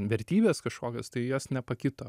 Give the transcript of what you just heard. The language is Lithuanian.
vertybės kažkokios tai jos nepakito